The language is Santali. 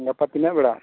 ᱜᱟᱯᱟ ᱛᱤᱱᱟᱹᱜ ᱵᱮᱲᱟ